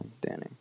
Danny